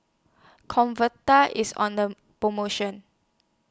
Convatec IS on The promotion